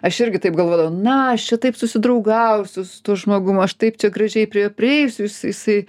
aš irgi taip galvodavau na aš čia taip susidraugausiu su tuo žmogum aš taip čia gražiai prie jo prieisiu jis jisai